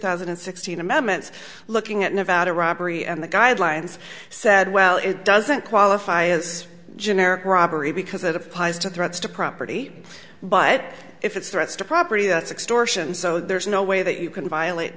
thousand and sixteen amendments looking at nevada robbery and the guidelines said well it doesn't qualify as generic robbery because it applies to threats to property but if it's threats to property that's extortion so there's no way that you can violate